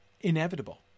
inevitable